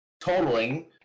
totaling